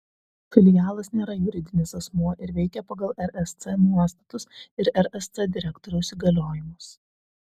filialas nėra juridinis asmuo ir veikia pagal rsc nuostatus ir rsc direktoriaus įgaliojimus